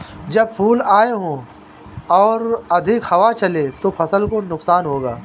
जब फूल आए हों और अधिक हवा चले तो फसल को नुकसान होगा?